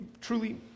truly